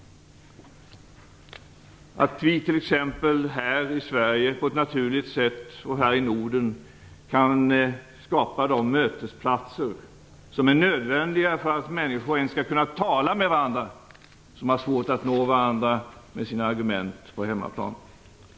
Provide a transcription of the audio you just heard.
Vi här i Sverige och Norden bör på ett naturligt sätt kunna skapa de mötesplatser som är nödvändiga för att människor som har svårt att nå varandra med sina argument på hemmaplan skall kunna tala med varandra.